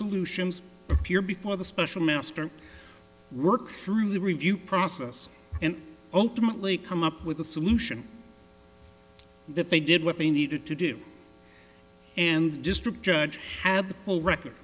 solutions here before the special master work through the review process and ultimately come up with a solution that they did what they needed to do and district judge had the full record